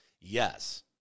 Yes